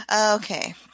Okay